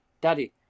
daddy